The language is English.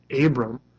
Abram